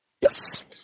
Yes